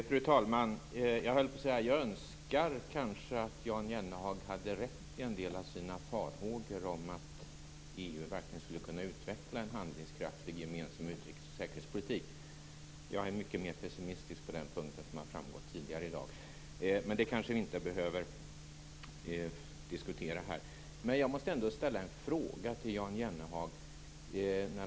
Fru talman! Jag önskar att Jan Jennehag hade rätt i en del av hans farhågor att EU verkligen kan utveckla en handlingskraftig gemensam utrikes och säkerhetspolitik. Jag är, som har framgått tidigare i dag, mer pessimistisk på den punkten. Men det behöver vi inte diskutera här. Jag måste ställa en fråga till Jan Jennehag.